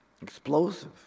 Explosive